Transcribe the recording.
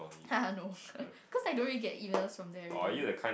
no cause I don't really get Emails from there already